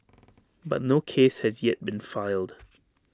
but no case has yet been filed